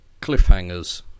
cliffhangers